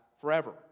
forever